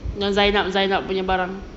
yang zainab zainab punya barang